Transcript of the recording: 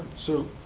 so